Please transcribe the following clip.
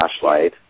flashlight